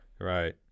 Right